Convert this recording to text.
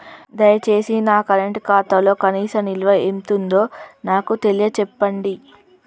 దయచేసి నా కరెంట్ ఖాతాలో కనీస నిల్వ ఎంతుందో నాకు తెలియచెప్పండి